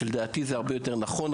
שלדעתי זה הרבה יותר נכון,